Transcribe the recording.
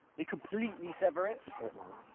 they completely sever it. shit, man.